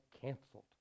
canceled